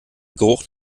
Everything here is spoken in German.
geruch